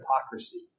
hypocrisy